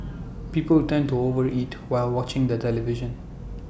people tend to over eat while watching the television